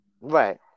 Right